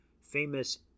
famous